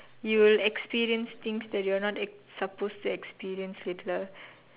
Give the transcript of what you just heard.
you will experience things that you are not supposed to experience later